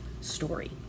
story